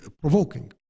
provoking